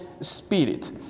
Spirit